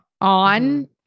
on